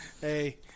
Hey